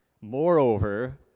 Moreover